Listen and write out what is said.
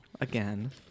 again